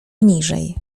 niżej